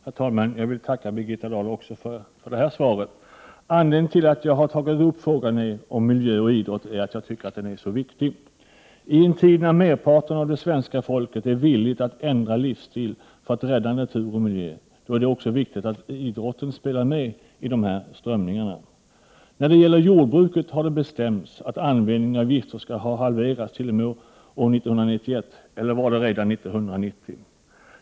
Herr talman! Jag vill tacka Birgitta Dahl också för detta svar. Anledningen till att jag har tagit upp frågan om miljö och idrott är att jag tycker att den är så viktig. I en tid när merparten av svenska folket är villig att ändra livsstil för att rädda natur och miljö är det viktigt att idrotten spelar med i de strömningarna. När det gäller jordbruket har det bestämts att användningen av gifter skall ha halverats fram till år 1991, eller om det var 33 redan 1990.